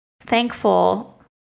thankful